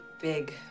big